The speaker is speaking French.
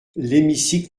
l’hémicycle